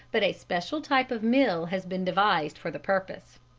but a special type of mill has been devised for the purpose.